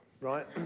Right